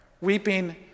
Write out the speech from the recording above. weeping